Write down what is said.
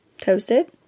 toasted